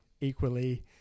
equally